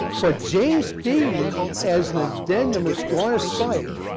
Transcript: but james speed, as an addendum, is going to cite,